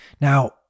Now